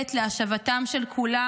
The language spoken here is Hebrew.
כוללת להשבתם של כולם,